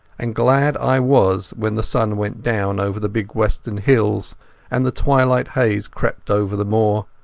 and glad i was when the sun went down over the big western hills and the twilight haze crept over the moor.